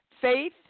Faith